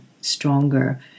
stronger